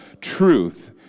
truth